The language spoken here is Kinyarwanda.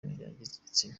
igitsina